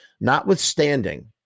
Notwithstanding